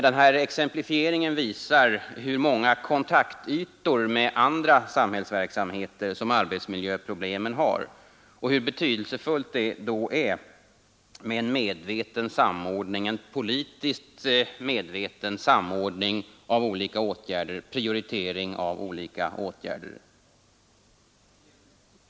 Den här exemplifieringen visar hur många kontaktytor med andra samhällsverksamheter som arbetsmiljöproblemen har och hur betydelsefullt det då är med en politiskt medveten samordning och prioritering av olika åtgärder.